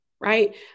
right